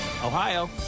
Ohio